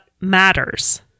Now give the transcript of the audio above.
matters